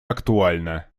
актуальна